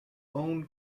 own